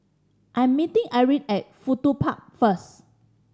I'm meeting Irine at Fudu Park first